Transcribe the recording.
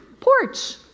porch